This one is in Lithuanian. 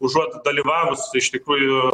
užuot dalyvavus iš tikrųjų